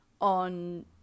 on